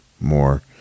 more